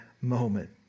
moment